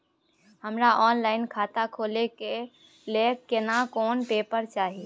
हमरा ऑनलाइन खाता खोले के लेल केना कोन पेपर चाही?